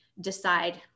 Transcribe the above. decide